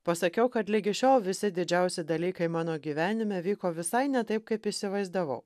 pasakiau kad ligi šiol visi didžiausi dalykai mano gyvenime vyko visai ne taip kaip įsivaizdavau